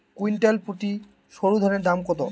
Quintal প্রতি সরুধানের দাম কত?